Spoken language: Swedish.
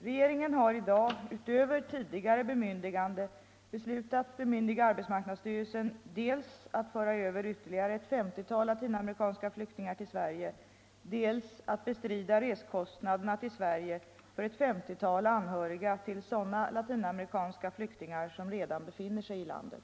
Regeringen har i dag, utöver tidigare bemyndiganden, beslutat bemyndiga arbetsmarknadsstyrelsen dels att föra över ytterligare ett femtiotal latinamerikanska flyktingar till Sverige, dels att bestrida resekostnaderna till Sverige för ett femtiotal anhöriga till sådana latinamerikanska flyktingar som redan befinner sig här i landet.